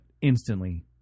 instantly